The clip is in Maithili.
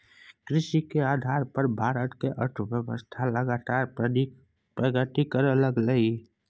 कृषि के आधार पर भारत के अर्थव्यवस्था लगातार प्रगति करइ लागलइ